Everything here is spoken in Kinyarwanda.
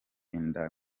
inda